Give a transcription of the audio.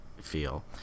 feel